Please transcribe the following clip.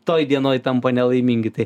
toj dienoj tampa nelaimingi tai